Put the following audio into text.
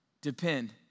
depend